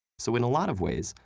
so, in a lot of ways,